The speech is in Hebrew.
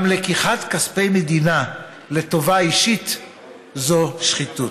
גם לקיחת כספי מדינה לטובה אישית זו שחיתות.